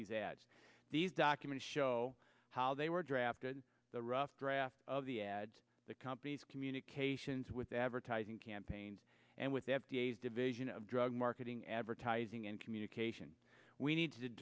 these ads these documents show how they were drafted the rough draft of the ads the companies communications with advertising campaigns and with the f d a as division of drug marketing advertising and communication we need to